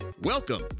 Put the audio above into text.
Welcome